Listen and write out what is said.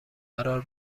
قرار